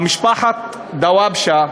למשפחת דוואבשה,